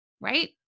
right